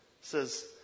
says